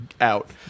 out